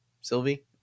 Sylvie